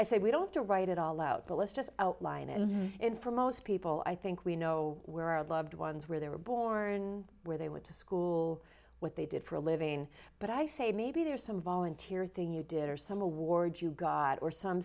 i say we don't have to write it all out but let's just outline and in for most people i think we know where our loved ones where they were born and where they went to school what they did for a living but i say maybe there's some volunteer thing you did or some award you god or some